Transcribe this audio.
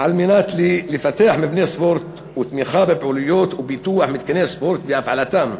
כדי לפתח מבני ספורט ותמיכה בפעילויות ופיתוח מתקני ספורט והפעלתם.